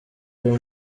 uyu